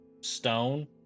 stone